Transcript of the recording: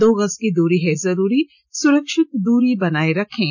दो गज की दूरी है जरूरी सुरक्षित दूरी बनाए रखें